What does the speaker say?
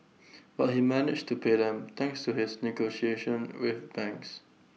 but he managed to pay them thanks to his negotiation with banks